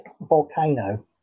volcano